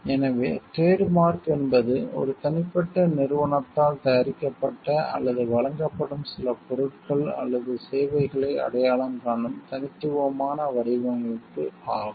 எனவே trademark என்பது ஒரு தனிப்பட்ட நிறுவனத்தால் தயாரிக்கப்பட்ட அல்லது வழங்கப்படும் சில பொருட்கள் அல்லது சேவைகளை அடையாளம் காணும் தனித்துவமான வடிவமைப்பு ஆகும்